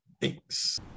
thanks